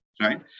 right